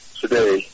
today